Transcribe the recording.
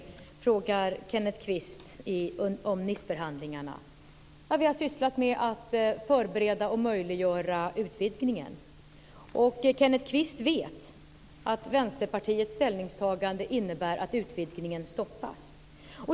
Det frågar Kenneth Kvist om Niceförhandlingarna. Vi har sysslat med att förbereda och möjliggöra utvidgningen. Kenneth Kvist vet att Vänsterpartiets ställningstagande innebär att utvidgningen stoppas.